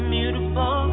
Beautiful